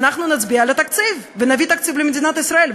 ואנחנו נצביע על התקציב ונביא תקציב למדינת ישראל,